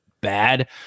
bad